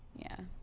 yeah,